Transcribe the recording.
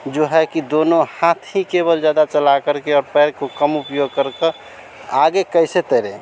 जो है कि दोनों हाथ ही केवल ज़्यादा चला करके और पैर को कम उपयोग करके आगे कैसे तैरें